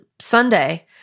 Sunday